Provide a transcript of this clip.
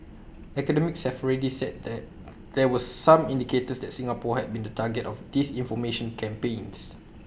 academics have already said that there were some indicators that Singapore had been target of disinformation campaigns